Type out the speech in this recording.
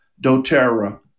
doTERRA